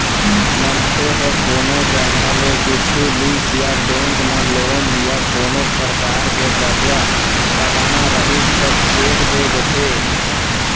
मनखे ह कोनो जघा ले कुछु लिस या बेंक म लोन या कोनो परकार के करजा पटाना रहिस त चेक दे देथे